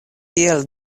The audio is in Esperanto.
tial